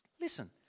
Listen